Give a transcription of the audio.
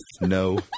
No